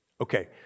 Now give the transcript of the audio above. Okay